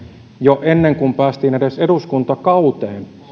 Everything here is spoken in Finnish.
jo ennen kuin päästiin edes eduskuntakauteen